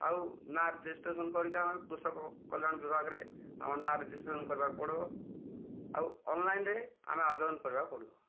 ଆଉ ନାଁ ରେଜିଷ୍ଟ୍ରେସନ କରିକି ଆମେ କୃଷକ କଲ୍ୟାଣ ବିଭାଗରେ ଆମ ନାଁ ରେଜିଷ୍ଟ୍ରେସନ କରିବାକୁ ପଡ଼ିବ ଆଉ ଅନଲାଇନ ରେ ଆମେ ଆବେଦନ କରିବାକୁ ପଡ଼ିବ